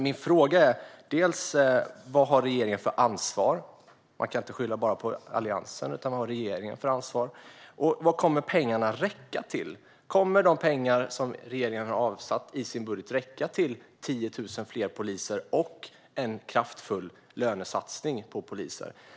Min fråga är dels vad regeringen har för ansvar - man kan inte bara skylla på Alliansen - dels vad pengarna kommer att räcka till. Kommer de pengar som regeringen har avsatt i sin budget att räcka till 10 000 fler poliser och en kraftfull lönesatsning på poliser.